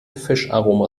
fischaroma